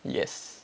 yes